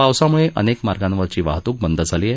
पावसामुळे अनेक मार्गांवरची वाहतुक बंद झाली आहे